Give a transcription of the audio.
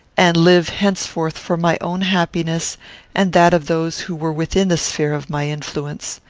and live henceforth for my own happiness and that of those who were within the sphere of my influence.